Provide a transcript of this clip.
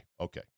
Okay